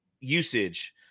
usage